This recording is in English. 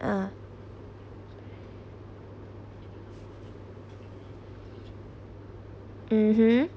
uh mmhmm